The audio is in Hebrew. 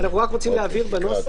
אנחנו רק רוצים להבהיר בנוסח,